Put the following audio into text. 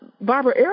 Barbara